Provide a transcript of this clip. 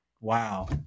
wow